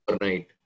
overnight